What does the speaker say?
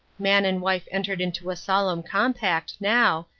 man and wife entered into a solemn compact, now,